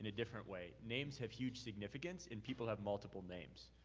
ah different way, names have huge significance. and people have multiple names.